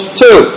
two